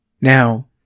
Now